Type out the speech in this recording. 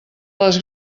les